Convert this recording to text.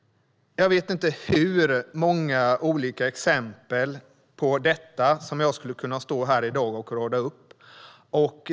Jag vet inte hur många olika exempel på detta jag skulle kunna rada upp här i dag.